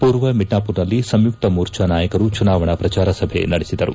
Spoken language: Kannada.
ಪೂರ್ವ ಮಿಡ್ನಾಮರ್ನಲ್ಲಿ ಸಂಯುಕ್ತ ಮೋರ್ಚಾ ನಾಯಕರು ಚುನಾವಣಾ ಪ್ರಚಾರ ಸಭೆ ನಡೆಸಿದರು